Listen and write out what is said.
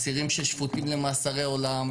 אסירים ששופטים למאסרי עולם,